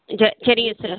ஜ சரிங்க சார்